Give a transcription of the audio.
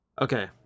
Okay